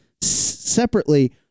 separately